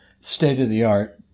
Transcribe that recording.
state-of-the-art